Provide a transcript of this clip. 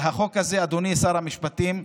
והחוק הזה, אדוני שר המשפטים,